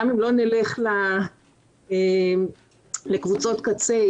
גם אם לא נלך לקבוצות קצה,